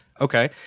Okay